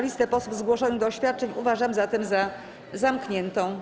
Listę posłów zgłoszonych do oświadczeń uważam zatem za zamkniętą.